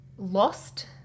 Lost